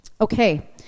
Okay